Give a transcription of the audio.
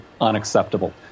unacceptable